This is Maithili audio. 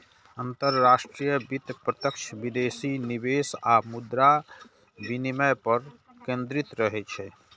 अंतरराष्ट्रीय वित्त प्रत्यक्ष विदेशी निवेश आ मुद्रा विनिमय दर पर केंद्रित रहै छै